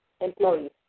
employees